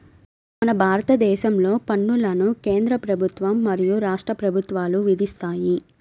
మన భారతదేశంలో పన్నులను కేంద్ర ప్రభుత్వం మరియు రాష్ట్ర ప్రభుత్వాలు విధిస్తాయి